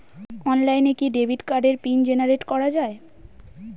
অনলাইনে কি ডেবিট কার্ডের পিন জেনারেট করা যায়?